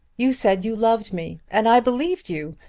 you said you loved me, and i believed you,